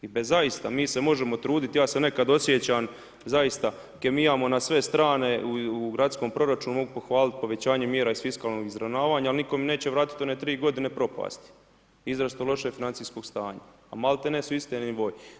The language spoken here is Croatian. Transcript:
I bez, zaista, mi se možemo truditi, ja se nekad osjećam, zaista kemijamo na sve strane u gradskom proračunu, mogu pohvaliti povećanje mjera iz fiskalnog izravnavanja ali nitko mi neće vratiti one 3 godine propasti, izrazito lošeg financijskog stanja a maltene su isti nivoi.